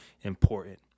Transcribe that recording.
important